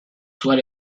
dwell